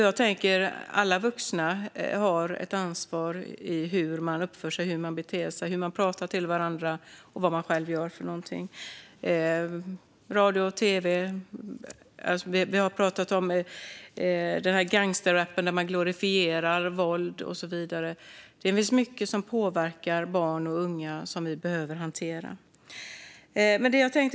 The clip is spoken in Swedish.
Jag tänker att alla vuxna har ett ansvar för hur de uppför sig, hur de beter sig, hur de pratar med varandra och vad de själva gör för någonting. Jag tänker på radio och tv. Vi har pratat om gangsterrappen, där man glorifierar våld, och så vidare. Det finns mycket som påverkar barn och unga och som vi behöver hantera.